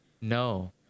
no